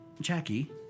Jackie